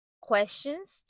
questions